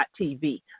TV